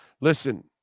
listen